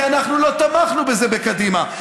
כי אנחנו לא תמכנו בזה בקדימה.